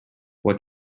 what